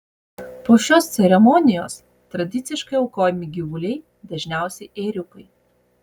po šios ceremonijos tradiciškai aukojami gyvuliai dažniausiai ėriukai